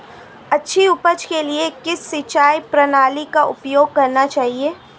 अच्छी उपज के लिए किस सिंचाई प्रणाली का उपयोग करना चाहिए?